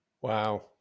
Wow